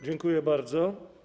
Dziękuję bardzo.